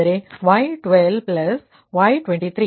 ಅಂದರೆ y12 y 23